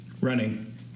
Running